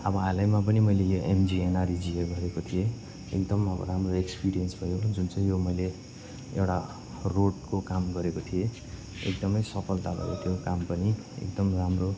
अब हालैमा पनि मैले यो एमजिएनआरइजिए गरेको थिएँ एकदम अब राम्रो एक्सपिरियन्स भयो जुन चाहिँ यो मैले एउटा रोडको काम गरेको थिएँ एकदमै सफलता भयो त्यो काम पनि एकदम राम्रो